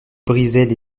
brisaient